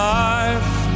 life